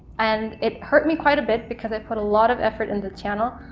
and it hurt me quite a bit because i put a lot of effort in the channel.